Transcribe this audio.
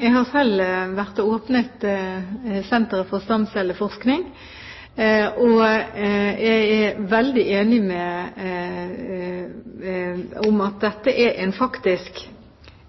Jeg har selv vært og åpnet Nasjonalt senter for stamcelleforskning. Jeg er enig i at dette er